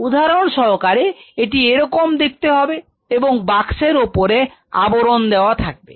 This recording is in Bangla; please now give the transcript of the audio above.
উদাহরণ সহকারে এটি এরকম দেখতে হবে এবং বাক্সের ওপরে আবরণ দেওয়া থাকবে